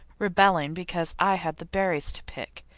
rebelling because i had the berries to pick.